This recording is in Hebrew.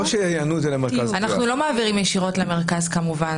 אנחנו לא מעבירים ישירות למרכז כמובן.